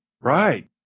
Right